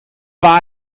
war